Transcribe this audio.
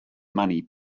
money